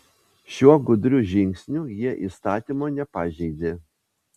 šiuo gudriu žingsniu jie įstatymo nepažeidė